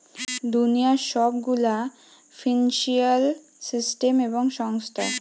দুনিয়ার সব গুলা ফিন্সিয়াল সিস্টেম এবং সংস্থা